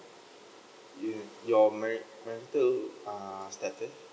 you your mer~ marital uh status